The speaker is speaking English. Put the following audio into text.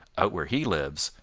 out where he lives,